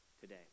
today